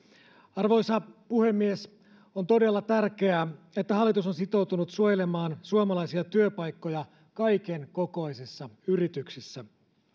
arvoisa puhemies on todella tärkeää että hallitus on sitoutunut suojelemaan suomalaisia työpaikkoja kaikenkokoisissa yrityksissä